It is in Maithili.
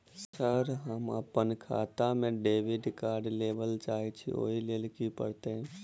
सर हम अप्पन खाता मे डेबिट कार्ड लेबलेल चाहे छी ओई लेल की परतै?